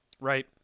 right